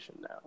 Now